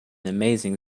amazing